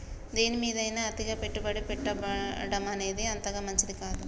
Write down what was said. దేనిమీదైనా అతిగా పెట్టుబడి పెట్టడమనేది అంతగా మంచిది కాదు